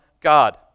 God